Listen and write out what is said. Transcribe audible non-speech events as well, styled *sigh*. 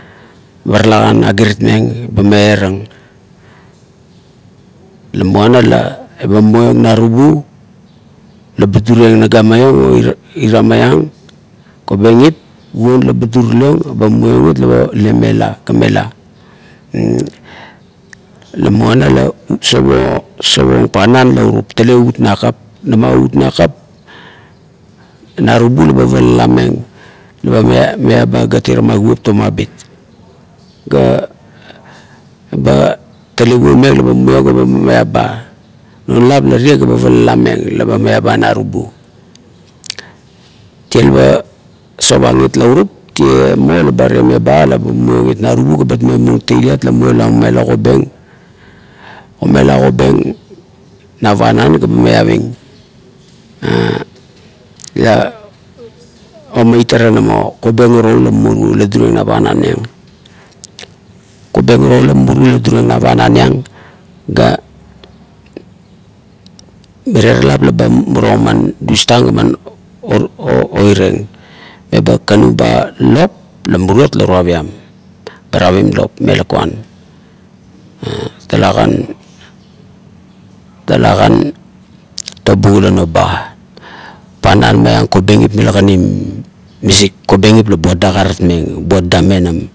Ba talakan agiritmeng, ba miarang la muana ba muiong narubu la ba duriong naga maiong o ira maiang kobengip, mulong la ba duriliong ba muliong it nemela ga mela *hesitation* la muana ut sapo-sapong panan naurup, talegan ut nakap, lama ut nakap, narubu la ba palalameng la ba miaba urama kuop tomabit, ga ba tale puomeng la ba myumiong meaba, non lap la tie ga ba palameng la ba meaba narubu, tie la ba sapana it naurup, tie muo la ba temiaba la ba mumiong it marubu ga ba memung it tatailiat ga ba omiala kobeng, omula kobeng na panan ga ba miaving *hesitation* la omeitara na mo kobeng uro la mumuru la durieng na panan iang. Kobeng uro ula muru la durieng na panan iang ga mire ra lap bar murang man elustang ga *hesitation* oireng, eba kakanu be lop, lo murot ga tuaviam ba tavim lop me lakuan, *hesitation* talakan-talakan tobugula noba. Panan maiang kobengip mila kanim, misik kobengip la bat dakaratmeng buet damenam.